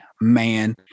man